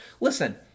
Listen